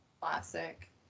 Classic